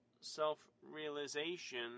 self-realization